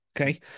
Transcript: okay